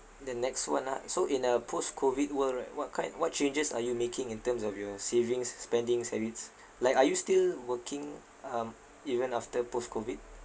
the next one ah so in a post-COVID world right what kind what changes are you making in terms of your savings spendings habits like are you still working um even after post COVID